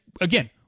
again